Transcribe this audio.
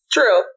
True